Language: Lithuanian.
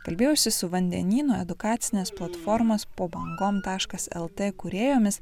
kalbėjausi su vandenyno edukacinės platformos po bangom taškas el t kūrėjomis